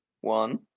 One